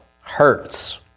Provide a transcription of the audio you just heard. hurts